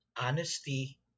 honesty